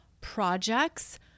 projects